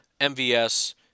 MVS